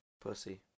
Pussy